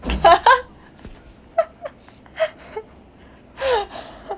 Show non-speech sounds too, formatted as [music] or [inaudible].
[laughs]